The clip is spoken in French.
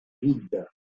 vides